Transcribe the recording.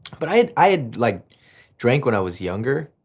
but i had i had like drank when i was younger,